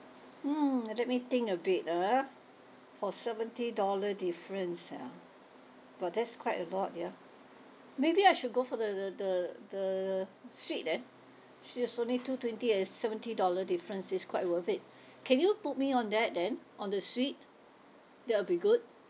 mm let me think a bit ah for seventy dollar difference ah !wah! that's quite a lot ya maybe I should go for the the the the the suite then since it's only two twenty and it's seventy dollar difference it's quite worth it can you book me on that then on the suite that will be good